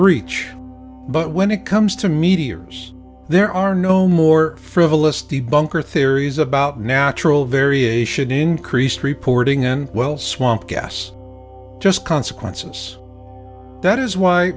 reach but when it comes to meteors there are no more frivolous the bunker theories about natural variation increased reporting and well swamp gas just consequences that is why